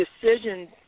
decisions